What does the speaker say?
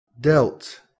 dealt